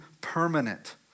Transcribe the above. permanent